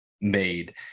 made